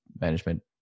management